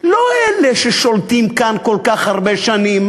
לא אלה ששולטים כאן כל כך הרבה שנים.